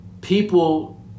people